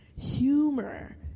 Humor